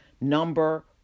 number